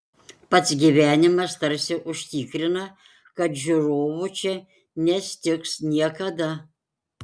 pats gyvenimas tarsi užtikrina kad žiūrovų čia nestigs niekada